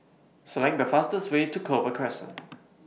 Select The fastest Way to Clover Crescent